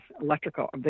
electrical